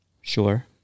Sure